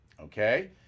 Okay